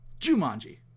jumanji